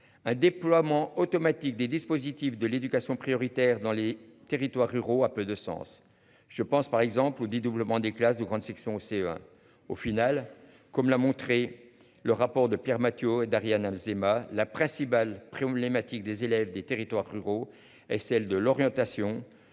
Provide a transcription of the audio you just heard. un déploiement automatique des dispositifs de l'éducation prioritaire dans les territoires ruraux, a peu de sens. Je pense par exemple au dédoublement des classes de grande section au CE1. Au final, comme l'a montré le rapport de Pierre Mathiot et Daria Nabeshima, la principale problématique des élèves des territoires ruraux et celle de l'orientation